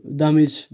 damage